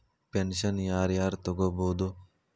Pension ಯಾರ್ ಯಾರ್ ತೊಗೋಬೋದು?